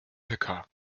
höcker